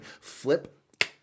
flip